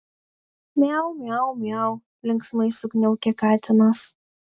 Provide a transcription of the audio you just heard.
miau miau miau linksmai sukniaukė katinas